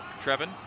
Trevin